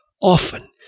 often